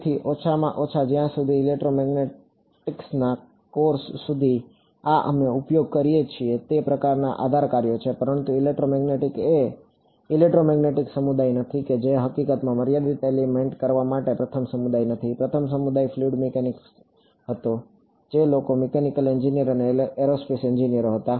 તેથી ઓછામાં ઓછા જ્યાં સુધી ઇલેક્ટ્રોમેગ્નેટિક્સના કોર્સ સુધી આ અમે ઉપયોગ કરીએ છીએ તે પ્રકારના આધાર કાર્યો છે પરંતુ ઇલેક્ટ્રોમેગ્નેટિક એ ઇલેક્ટ્રોમેગ્નેટિક સમુદાય નથી જે હકીકતમાં મર્યાદિત એલિમેન્ટ કરવા માટેનો પ્રથમ સમુદાય નથી પ્રથમ સમુદાય ફ્લુઇડ મિકેનિક્સ લોકો મિકેનિકલ એન્જિનિયર એરોસ્પેસ ઇજનેરો હતા